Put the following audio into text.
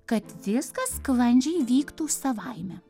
kad viskas sklandžiai vyktų savaime